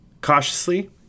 Cautiously